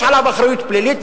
יש עליו אחריות פלילית,